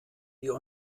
wir